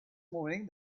morning